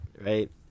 right